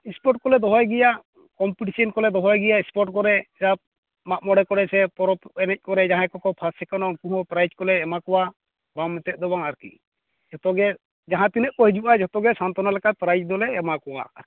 sport ᱠᱚᱞᱮ ᱫᱚᱦᱚᱭ ᱜᱮᱭᱟ ᱠᱳᱢᱯᱤᱴᱤᱥᱚᱱ ᱠᱚᱞᱮ ᱫᱚᱦᱚᱭ ᱜᱮᱭᱟ ᱥᱯᱳᱨᱴ ᱠᱚᱨᱮ ᱢᱟᱜᱽ ᱢᱚᱬᱮ ᱠᱚᱨᱮ ᱥᱮ ᱯᱚᱨᱚᱵᱽ ᱮᱱᱮᱡ ᱠᱚᱨᱮ ᱡᱟᱦᱟᱸᱭ ᱠᱚ ᱠᱚ ᱯᱷᱟᱥᱴ ᱥᱮᱠᱮᱱᱚᱜᱼᱟ ᱩᱱᱠᱩ ᱦᱚᱸ ᱯᱮᱨᱟᱭᱤᱡ ᱠᱚᱞᱮ ᱮᱢᱟ ᱠᱚᱣᱟ ᱵᱟᱢ ᱮᱱᱛᱮᱫ ᱫᱚ ᱵᱟᱝ ᱟᱨᱠᱤ ᱡᱚᱛᱚ ᱜᱮ ᱡᱟᱦᱟᱸ ᱛᱤᱱᱟᱹᱜ ᱠᱚ ᱦᱤᱡᱩᱜᱼᱟ ᱡᱚᱛᱚ ᱜᱮ ᱥᱚᱱᱛᱚᱱᱟ ᱞᱮᱠᱟ ᱯᱮᱨᱟᱭᱤᱡ ᱫᱚᱞᱮ ᱮᱢᱟ ᱠᱚᱣᱟ